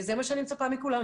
זה מה שאני מצפה מכולם.